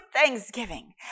thanksgiving